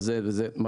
אנחנו היום,